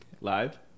live